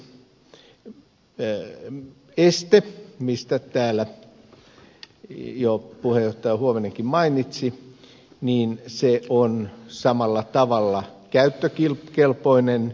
tuo ehdoton luvanmyöntämiseste mistä täällä jo puheenjohtaja huovinenkin mainitsi on samalla tavalla käyttökelpoinen